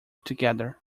together